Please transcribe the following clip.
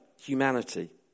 humanity